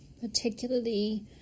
particularly